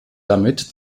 damit